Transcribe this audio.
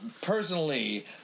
personally